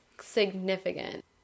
significant